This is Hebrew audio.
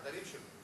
לעדרים שלו,